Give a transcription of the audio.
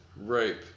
rape